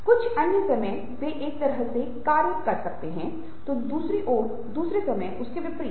कुछ अन्य समय वे एक तरह से कार्य कर सकते हैं तोह दूसरे समय उसके विपरीत